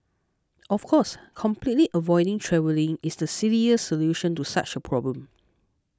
of course completely avoiding travelling is the silliest solution to such a problem